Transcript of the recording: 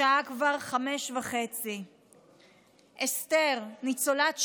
השעה כבר 05:30. אסתר, ניצולת שואה,